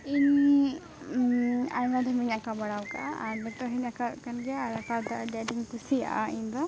ᱤᱧ ᱟᱭᱢᱟ ᱫᱷᱚᱢᱤᱧ ᱟᱸᱠᱟᱣ ᱵᱟᱲᱟᱣᱠᱟᱜᱼᱟ ᱟᱨ ᱱᱤᱛᱚᱜᱦᱚᱸᱧ ᱟᱸᱠᱟᱣᱮᱫ ᱠᱟᱱ ᱜᱮᱭᱟ ᱟᱨ ᱟᱸᱠᱟᱣ ᱫᱚ ᱟᱹᱰᱤᱟᱴᱤᱧ ᱠᱩᱥᱤᱭᱟᱜ ᱤᱧᱫᱚ